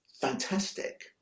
fantastic